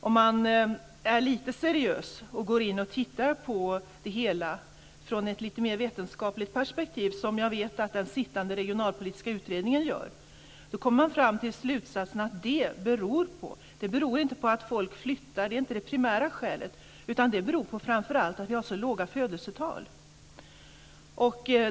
Om man är lite seriös och går in och tittar på det hela från ett lite mer vetenskapligt perspektiv, som jag vet att den sittande regionalpolitiska utredningen gör, kommer man fram till slutsatsen att det inte beror på att folk flyttar. Det är inte det primära skälet. Det beror framför allt på att vi har så låga födelsetal.